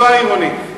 לא העירוני,